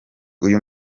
uyu